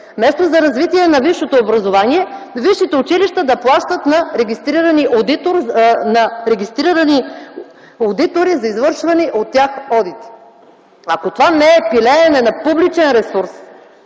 вместо за развитие на висшето образование, висшите училища да плащат на регистрирани одитори за извършвани от тях одити. Ако това не е пилеене на публичен ресурс